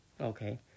okay